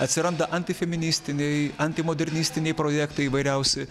atsiranda antifeministiniai antimodernistiniai projektai įvairiausi